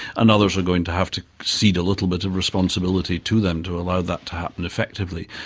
and others are going to have to cede a little bit of responsibility to them to allow that to happen effectively.